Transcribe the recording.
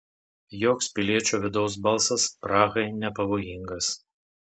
joks piliečio vidaus balsas prahai nepavojingas